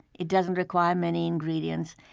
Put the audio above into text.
it doesn't require many ingredients.